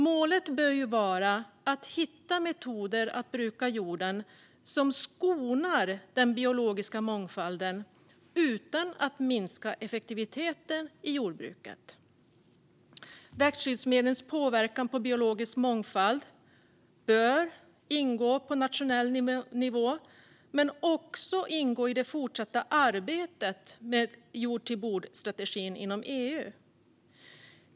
Målet bör vara att hitta metoder att bruka jorden som skonar den biologiska mångfalden utan att minska effektiviteten i jordbruket. Växtskyddsmedlens påverkan på biologisk mångfald bör ingå på nationell nivå men också i det fortsatta arbetet med jord till bord-strategin inom EU.